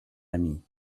ami